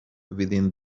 within